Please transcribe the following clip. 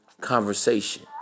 conversation